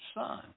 son